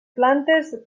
plantes